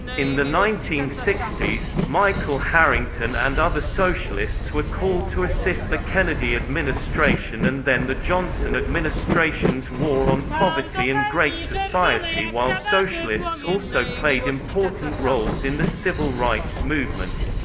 in the nineteen sixty s, michael harrington and other socialists were called to assist the kennedy administration and then the johnson administration's war on poverty and great society while socialists also played important roles in the civil rights movement.